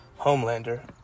Homelander